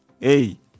hey